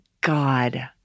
God